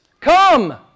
Come